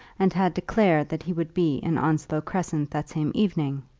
and had declared that he would be in onslow crescent that same evening,